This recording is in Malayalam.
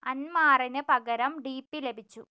അൻമാറന് പകരം ഡി പി ലഭിച്ചു